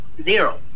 zero